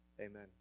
Amen